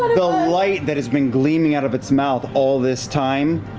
the light that has been gleaming out of its mouth all this time,